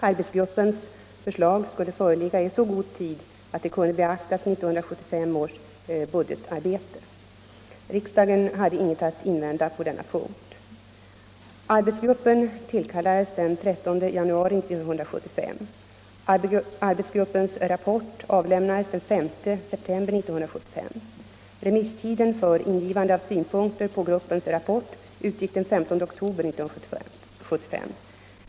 Arbetsgruppens förslag skulle föreligga i så god tid att det kunde beaktas i 1975 års budgetarbete. Riksdagen hade inget att invända på denna punkt. Arbetsgruppen tillkallades den 13 januari 1975. Arbetsgruppens rapport avlämnades den 5 september 1975. Remisstiden för ingivande av synpunkter på gruppens rapport utgick den 15 oktober 1975.